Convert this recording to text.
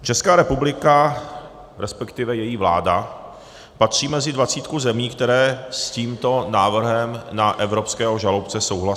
Česká republika, resp. její vláda, patří mezi dvacítku zemí, které s tímto návrhem na evropského žalobce souhlasily.